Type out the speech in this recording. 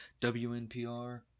WNPR